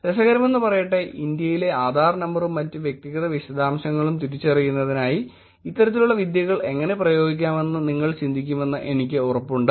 രസകരമെന്നു പറയട്ടെ ഇന്ത്യയിലെ ആധാർ നമ്പറും മറ്റ് വ്യക്തിഗത വിശദാംശങ്ങളും തിരിച്ചറിയുന്നതിനായി ഇത്തരത്തിലുള്ള വിദ്യകൾ എങ്ങനെ പ്രയോഗിക്കാമെന്ന് നിങ്ങൾ ചിന്തിക്കുമെന്ന് എനിക്ക് ഉറപ്പുണ്ട്